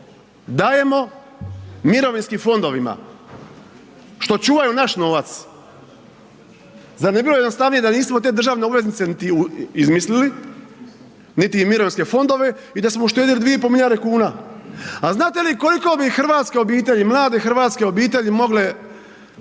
dajemo mirovinskim fondovima što čuvaju naš novac. Zar ne bi bilo jednostavnije da nismo te državne obveznice niti izmislili niti mirovinske fondove i da smo uštedili 2,5 milijarde kuna. A znate li koliko bi hrvatske obitelji, mlade hrvatske obitelji mogle